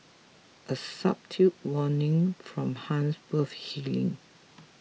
a subtle warning from Han's worth heeding